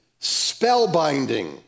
spellbinding